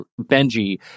Benji